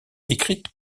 écrite